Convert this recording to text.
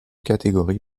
catégorie